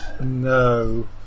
No